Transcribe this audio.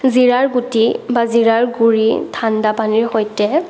জিৰাৰ গুটি বা জিৰাৰ গুড়ি ঠাণ্ডা পানীৰ সৈতে